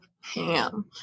ham